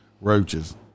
roaches